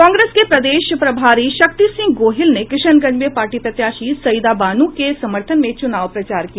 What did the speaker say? कांग्रेस के प्रदेश प्रभारी शक्ति सिंह गोहिल ने किशनगंज में पार्टी प्रत्याशी सईदा बानू के समर्थन में चूनाव प्रचार किया